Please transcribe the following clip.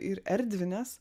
ir erdvines